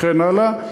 וכן הלאה.